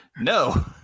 No